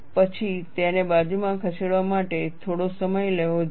પછી તેને બાજુમાં ખસેડવા માટે થોડો સમય લેવો જોઈએ